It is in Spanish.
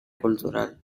cultural